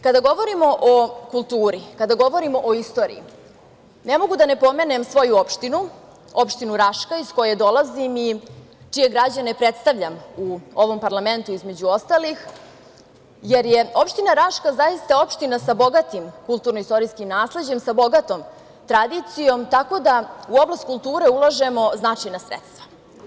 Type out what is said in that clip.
Kada govorimo o kulturi, kada govorimo o istoriji, ne mogu da ne pomenem svoju opštinu, opštinu Raška, iz koje dolazim i čije građane predstavljam u ovom parlamentu, između ostalih, jer je opština Raška zaista opština sa bogatim kulturno-istorijskim nasleđem, sa bogatom tradicijom, tako da u oblast kulture ulažemo značajna sredstva.